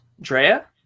Drea